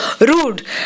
rude